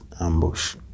ambush